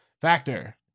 Factor